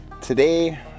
Today